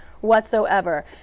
whatsoever